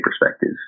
perspective